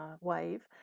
wave